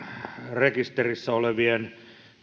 rekisterissä olevien